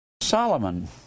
Solomon